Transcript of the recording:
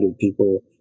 people